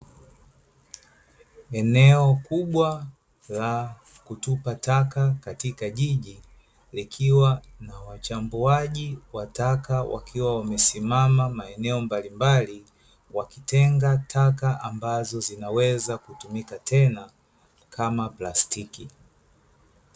Eneo kubwa la kutupa taka katika jiji, likiwa na wachambuaji wa taka wakiwa wamesimama maeneo mbalimbali, wakitenga taka ambazo zinaweza kutumika tena, kama plastiki.